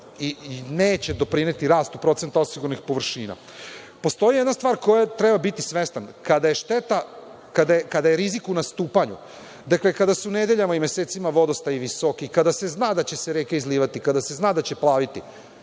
i neće doprineti rastu procenta osiguranih površina. Postoji jedna stvar koje treba biti svestan. Kada je rizik u nastupanju, kada su nedeljama i mesecima vodostaji visoki, kada se zna da će se reke izlivati, kada se zna da će plaviti,